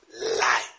lie